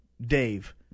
Dave